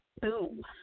Boom